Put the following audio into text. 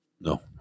No